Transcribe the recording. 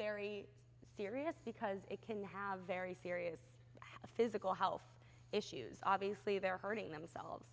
very serious because it can have very serious physical health issues obviously they're hurting themselves